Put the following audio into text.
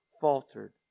faltered